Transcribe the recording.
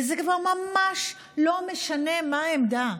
וזה כבר ממש לא משנה מה העמדה,